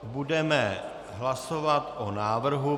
Budeme hlasovat o návrhu.